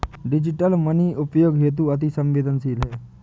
digital money उपयोग हेतु अति सवेंदनशील है